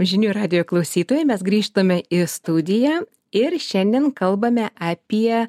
žinių radijo klausytojai mes grįžtame į studiją ir šiandien kalbame apie